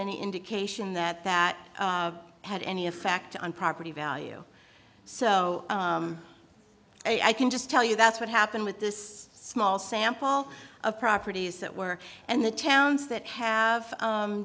any indication that that had any effect on property value so i can just tell you that's what happened with this small sample of properties that were and the towns that have